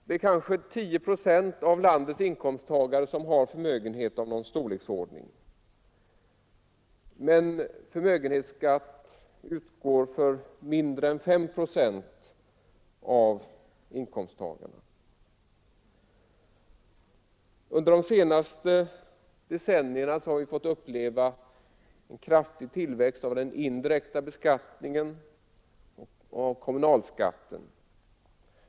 Det är kanske 10 procent av landets inkomsttagare som har förmögenhet av någon storleksordning, men förmögenhetsskatt utgår för mindre än 5 procent av inkomsttagarna. Under de senaste decennierna har vi fått uppleva en kraftig tillväxt av den indirekta beskattningen och av kommunalskatten.